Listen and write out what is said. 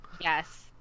yes